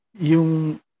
Yung